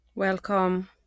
Welcome